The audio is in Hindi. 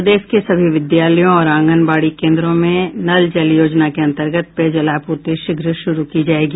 प्रदेश के सभी विद्यालयों और आगंनबाड़ी केन्द्रों में नल जल योजना के अंतर्गत पेयजल आपूर्ति शीघ्र शुरू की जायेगी